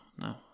No